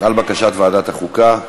על בקשת ועדת החוקה.